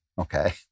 Okay